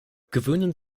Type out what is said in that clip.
gewöhnen